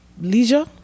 leisure